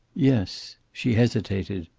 yes. she hesitated.